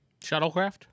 Shuttlecraft